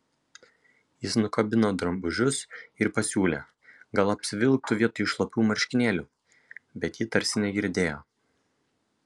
jis nukabino drabužius ir pasiūlė gal apsivilktų vietoj šlapių marškinėlių bet ji tarsi negirdėjo